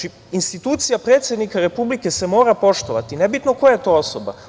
Institucija predsednika Republike se mora poštovati, nebitno koja je to osoba.